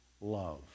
love